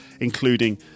including